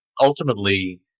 ultimately